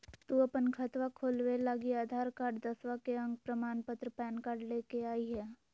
तू अपन खतवा खोलवे लागी आधार कार्ड, दसवां के अक प्रमाण पत्र, पैन कार्ड ले के अइह